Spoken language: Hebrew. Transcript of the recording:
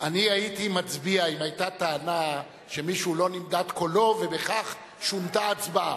הייתי מצביע אם היתה טענה שלא נמדד קולו של מישהו ובכך שונתה ההצבעה,